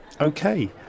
okay